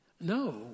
No